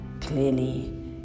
Clearly